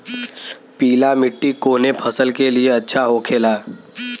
पीला मिट्टी कोने फसल के लिए अच्छा होखे ला?